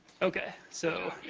okay, so